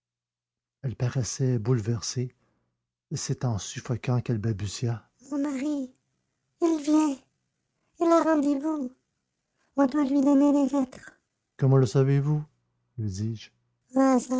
elle paraissait bouleversée et c'est en suffoquant qu'elle balbutia mon mari il vient il a rendez-vous on doit lui donner les lettres comment le savez-vous